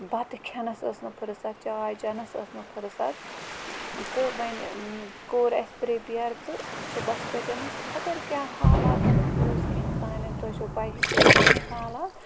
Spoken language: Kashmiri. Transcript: بَتہٕ کھٮ۪نَس ٲسۍ نہٕ فٕرسَت چاے چَنَس ٲس نہٕ فٔرسَت تہٕ وۄنۍ کوٚر اَسہِ پرٛپِیَر تہٕ صُبحس پَتٮ۪ن اوس خبر کیٛاہ حالاتَن ہُنٛدُے اوس کیٚنٛہہ تانٮ۪تھ تۄہہِ چھو پَیی کٔشیٖرِ ہِنٛز حالات